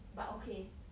but okay